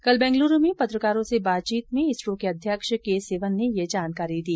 कल बंगलरू में पत्रकारों से बातचीत में इसरो के अध्यक्ष के सिवन ने ये जानकारी दी